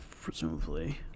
presumably